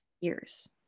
years